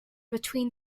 between